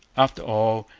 after all,